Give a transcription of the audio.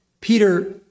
Peter